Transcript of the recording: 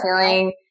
feeling